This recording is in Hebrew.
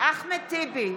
בעד אחמד טיבי,